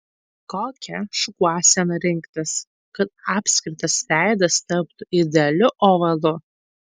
kokią šukuoseną rinktis kad apskritas veidas taptų idealiu ovalu